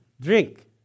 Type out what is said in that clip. drink